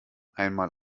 einmal